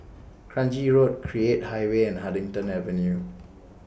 Kranji Road Create High Way and Huddington Avenue